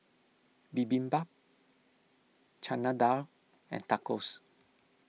Bibimbap Chana Dal and Tacos